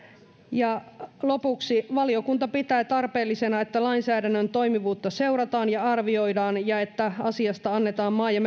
ja lopuksi valiokunta pitää tarpeellisena että lainsäädännön toimivuutta seurataan ja arvioidaan ja että asiasta annetaan maa ja